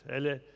Eller